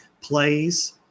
plays